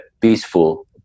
peaceful